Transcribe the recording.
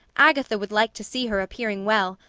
agatha would like to see her appearing well,